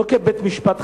לא כבית-משפט,